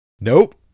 nope